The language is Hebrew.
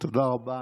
תודה רבה.